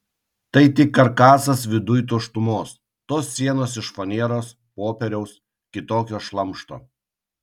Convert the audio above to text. tai tik karkasas viduj tuštumos tos sienos iš faneros popieriaus kitokio šlamšto